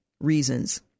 reasons